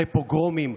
אחרי פוגרומים,